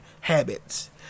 habits